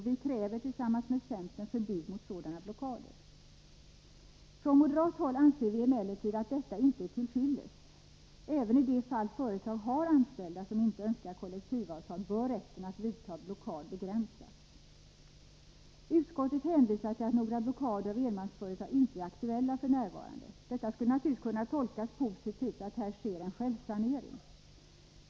Vi kräver tillsammans med centern förbud mot sådana blockader. Från moderat håll anser vi emellertid att detta inte är till fyllest. Även i de fall företag har anställda som inte önskar kollektivavtal bör rätten att vidta blockad begränsas. Utskottet hänvisar till att några blockader av enmansföretag inte är aktuella f. n. Detta skulle naturligtvis kunna tolkas positivt, att här sker en självsanering.